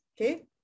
okay